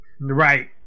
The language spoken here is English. Right